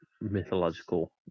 mythological